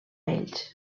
ells